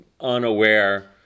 unaware